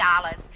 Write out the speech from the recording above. dollars